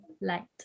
Light